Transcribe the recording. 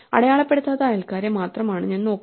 അടയാളപ്പെടുത്താത്ത അയൽക്കാരെ മാത്രമാണ് ഞാൻ നോക്കുന്നത്